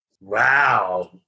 Wow